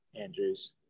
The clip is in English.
Andrews